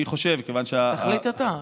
אני חושב, כיוון, תחליט אתה.